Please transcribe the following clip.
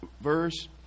verse